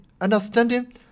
understanding